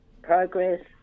progress